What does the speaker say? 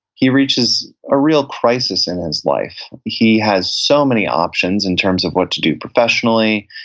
he reaches a real crisis in his life. he has so many options in terms of what to do professionally.